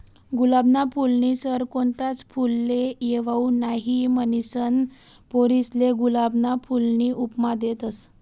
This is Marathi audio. गुलाबना फूलनी सर कोणताच फुलले येवाऊ नहीं, म्हनीसन पोरीसले गुलाबना फूलनी उपमा देतस